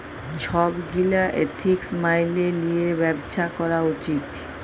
ছব গীলা এথিক্স ম্যাইলে লিঁয়ে ব্যবছা ক্যরা উচিত